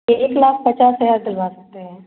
एक लाख पचास हज़ार दिलवा सकते हैं